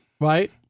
right